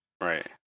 Right